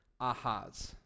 ahas